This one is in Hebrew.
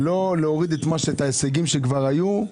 לא להוריד את ההישגים שכבר היו.